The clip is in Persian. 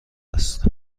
است